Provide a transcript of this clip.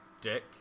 Dick